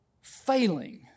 failing